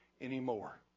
anymore